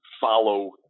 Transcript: follow